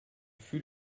fut